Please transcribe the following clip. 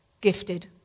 gifted